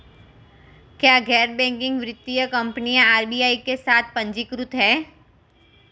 क्या गैर बैंकिंग वित्तीय कंपनियां आर.बी.आई के साथ पंजीकृत हैं?